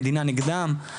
המדינה נגדם?